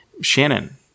Shannon